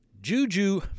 Juju